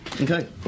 Okay